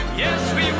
yes we